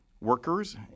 workers